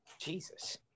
Jesus